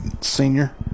senior